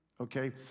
Okay